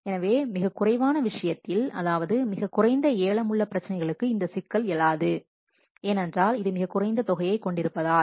எனவே மிகக் குறைவான விஷயத்தில் அதாவது மிகக் குறைந்த ஏலம் உள்ள பிரச்சனைகளுக்கு இந்த சிக்கல் எழாது ஏனென்றால் இது மிகக் குறைந்த தொகையைக் கொண்டிருப்பதால்